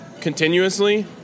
continuously